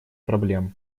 проблем